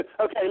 Okay